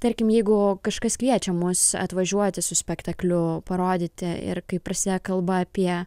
tarkim jeigu kažkas kviečia mus atvažiuoti su spektakliu parodyt ir kai prasideda kalba apie